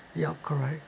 yup correct